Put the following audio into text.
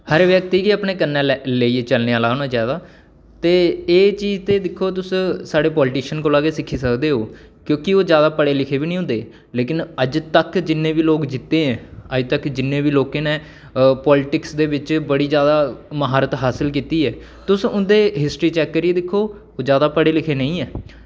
हर व्यक्ति गी अपने कन्नै लेइयै चलने आह्ला होना चाहिदा ते एह् चीज़ ते दिक्खो तुस साढ़े पलिटिशियन कोला कोला गै सिक्खी सकदे ओ क्योंकि ओह् जादै पढ़े लिखे बी निं होंदे लेकिन अज्ज तक्क जिन्ने बी लोग जित्ते आं अज्ज तक्क जिन्ने बी लोकें ने पॉलटिक्स दे बिच्च बड़ी जादा म्हारत हासल कीती ऐ तुस उंदे हिस्टरी चेक करियै दिक्खो ओह् जादा पढ़े लिखे दे निं ऐ